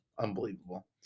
Unbelievable